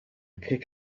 kick